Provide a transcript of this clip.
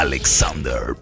Alexander